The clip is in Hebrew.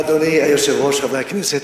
אדוני היושב-ראש, חברי הכנסת,